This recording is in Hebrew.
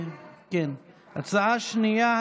הצבעה שנייה,